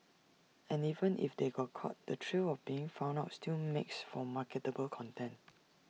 and even if they got caught the thrill of being found out still makes for marketable content